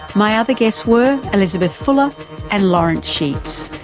my other guests were elizabeth fuller and lawrence sheets.